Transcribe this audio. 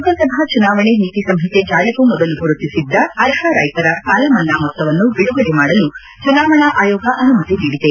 ಲೋಕಸಭಾ ಚುನಾವಣೆ ನೀತಿಸಂಹಿತೆ ಜಾರಿಗೂ ಮೊದಲು ಗುರುತಿಸಿದ್ದ ಅರ್ಹ ರೈತರ ಸಾಲಮನ್ನಾ ಮೊತ್ತವನ್ನು ಬಿಡುಗಡೆ ಮಾಡಲು ಚುನಾವಣಾ ಆಯೋಗ ಅನುಮತಿ ನೀಡಿದೆ